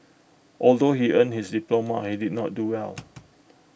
although he earned his diploma he did not do well